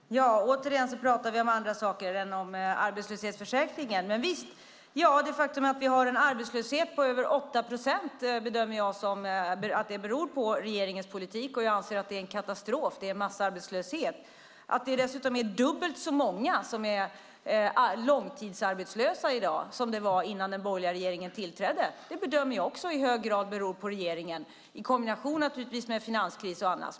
Herr talman! Återigen pratar vi om andra saker än om arbetslöshetsförsäkringen. Men visst - det faktum att vi har en arbetslöshet på över 8 procent bedömer jag beror på regeringens politik. Jag anser att det är en katastrof. Det är massarbetslöshet. Att det dessutom är dubbelt så många som är långtidsarbetslösa i dag som det var innan den borgerliga regeringen tillträdde bedömer jag också i hög grad beror på regeringen, naturligtvis i kombination med finanskris och annat.